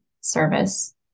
service